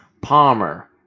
Palmer